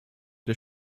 des